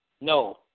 no